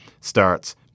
starts